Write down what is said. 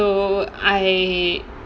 so I